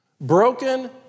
broken